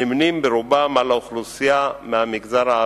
נמנית ברובה עם אוכלוסייה מהמגזר הערבי.